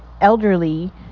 elderly